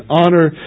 honor